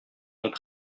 vont